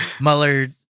Mueller